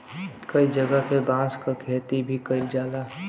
कई जगह पे बांस क खेती भी कईल जाला